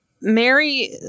mary